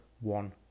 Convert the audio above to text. one